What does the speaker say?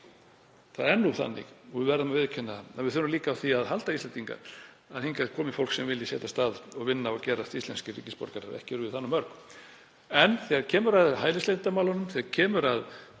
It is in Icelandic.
Það er nú þannig og við verðum að viðurkenna það að við þurfum líka á því að halda, Íslendingar, að hingað komi fólk sem vill setjast hér að og vinna og gerast íslenskir borgarar, ekki erum við það mörg. En þegar kemur að hælisleitendamálunum, þegar kemur að